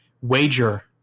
wager